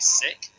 sick